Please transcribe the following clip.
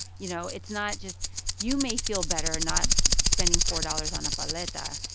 you know. it's not just you may feel better not spending four dollars on a paleta.